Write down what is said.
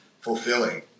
fulfilling